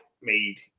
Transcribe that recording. made –